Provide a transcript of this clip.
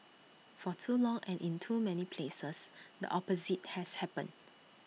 for too long and in too many places the opposite has happened